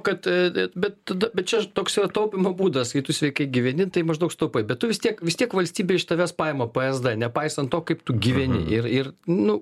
kad e et bet tada bet čia aš toks yra taupymo būdas kai tu sveikai gyveni tai maždaug sutaupai bet tu vis tiek vis tiek valstybė iš tavęs paima p ez d nepaisant to kaip tu gyveni ir ir nu